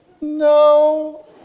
No